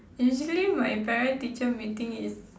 basically my parent teacher meeting is